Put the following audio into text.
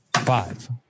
Five